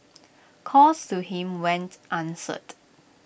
calls to him went answered